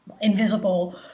invisible